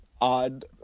odd